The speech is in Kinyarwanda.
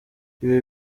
ibi